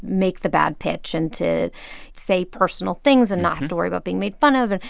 make the bad pitch and to say personal things and not have to worry about being made fun of and,